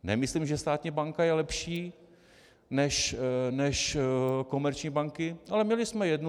Nemyslím, že státní banka je lepší než komerční banky, ale měli jsme jednu.